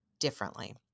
differently